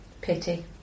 pity